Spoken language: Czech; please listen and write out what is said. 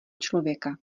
člověka